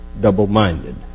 double-minded